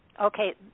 okay